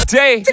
day